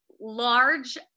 large